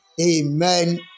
Amen